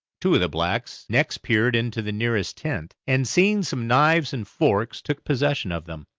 two of the blacks next peered into the nearest tent, and seeing some knives and forks, took possession of them.